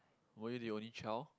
were you the only child